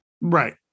Right